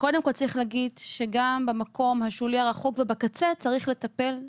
קודם כל צריך להגיד שגם במקום השולי הרחוק ובקצה צריך לטפל,